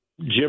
Jim